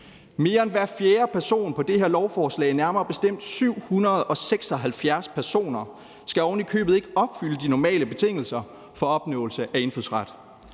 Mere end hver fjerde person på det her lovforslag, nærmere bestemt 776 personer, skal ovenikøbet ikke opfylde de normale betingelser for opnåelse af indfødsret.